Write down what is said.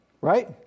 Right